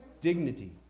dignity